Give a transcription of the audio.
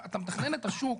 אתה מתכנן את השוק